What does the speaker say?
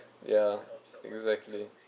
ya exactly